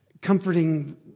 comforting